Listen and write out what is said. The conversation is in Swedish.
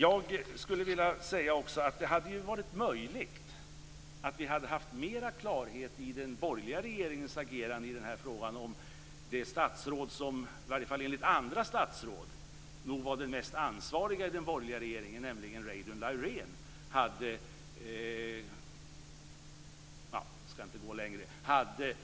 Jag skulle gärna vilja säga att det är möjligt att vi hade haft mera klarhet i den borgerliga regeringens agerande i denna fråga om det statsråd som enligt varje fall andra statsråd var den mest ansvariga i den borgerliga regeringen, Reidunn Laurén, hade